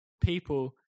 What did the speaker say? people